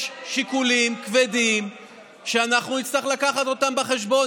יש שיקולים כבדים שאנחנו נצטרך לקחת אותם בחשבון.